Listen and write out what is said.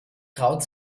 traut